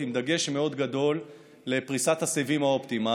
עם דגש מאוד גדול על פריסת הסיבים האופטיים,